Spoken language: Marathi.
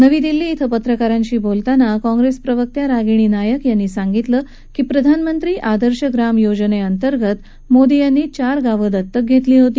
नवी दिल्ली शिं पत्रकारांशी बोलताना काँग्रस्त प्रवक्त्या रागिणी नायक यांनी सांगितलं की प्रधानमंत्री आदर्श ग्राम योजनेंतर्गत मोदी यांनी चार गावं दत्तक घरिमी होती